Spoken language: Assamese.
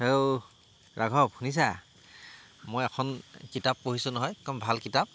ও ৰাঘৱ শুনিছা মই এখন কিতাপ পঢ়িছোঁ নহয় একদম ভাল কিতাপ